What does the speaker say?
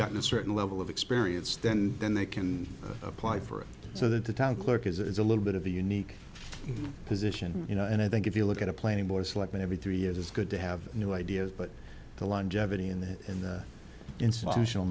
got a certain level of experience then then they can apply for it so that the town clerk is it's a little bit of a unique position you know and i think if you look at a play morris like every three years it's good to have new ideas but the longevity in that and institutional